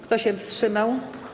Kto się wstrzymał?